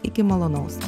iki malonaus